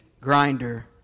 grinder